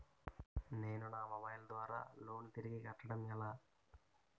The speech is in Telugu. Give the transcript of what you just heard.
నేను మొబైల్ ద్వారా లోన్ తిరిగి కట్టడం ఎలా?